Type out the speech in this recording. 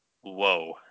Whoa